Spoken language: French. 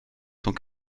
donc